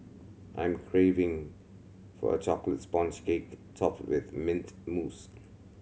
I am craving for a chocolate sponge cake topped with mint mousse